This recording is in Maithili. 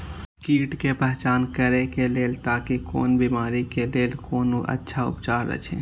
कीट के पहचान करे के लेल ताकि कोन बिमारी के लेल कोन अच्छा उपचार अछि?